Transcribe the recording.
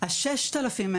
רצף טיפולי.